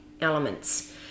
elements